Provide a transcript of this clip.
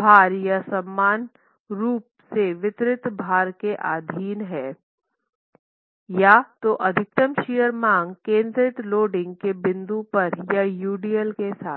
भार या समान रूप से वितरित भार के अधीन है या तो अधिकतम शियर मांग केंद्रित लोडिंग के बिंदु पर या UDL के साथ हैं